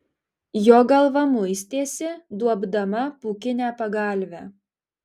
jo galva muistėsi duobdama pūkinę pagalvę